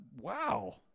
Wow